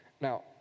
Now